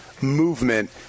movement